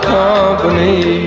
company